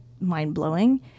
mind-blowing